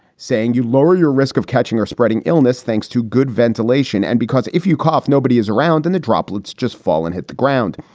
saying you lower your risk of catching or spreading illness thanks to good ventilation. and because if you cough, nobody is around and the droplets just fall and hit the ground.